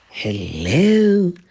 Hello